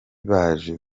baje